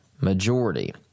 majority